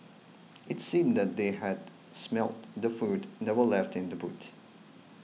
it seemed that they had smelt the food that were left in the boot